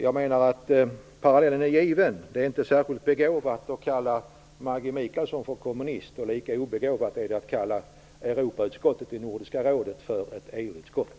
Jag menar att parallellen är given - det är inte särskilt begåvat att kalla Maggi Mikaelsson för kommunist, och lika obegåvat är det att kalla Europautskottet i Nordiska rådet för ett EU-utskott.